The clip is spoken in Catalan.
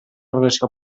relació